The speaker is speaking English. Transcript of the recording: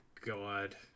God